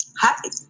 Hi